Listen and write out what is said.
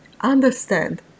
understand